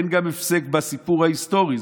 אין גם הפסק בסיפור ההיסטורי,